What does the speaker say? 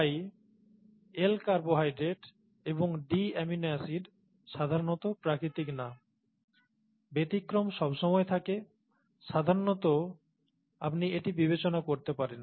তাই L carbohydrate এবং D amino acid সাধারণত প্রাকৃতিক নয় ব্যতিক্রম সবসময় থাকে সাধারণত আপনি এটি বিবেচনা করতে পারেন